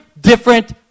different